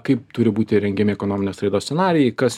kaip turi būti rengiami ekonominės raidos scenarijai kas